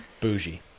bougie